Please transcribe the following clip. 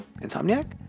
Insomniac